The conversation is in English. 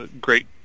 great